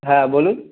হ্যাঁ বলুন